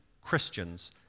Christians